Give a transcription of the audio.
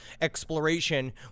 exploration